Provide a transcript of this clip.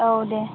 औ दे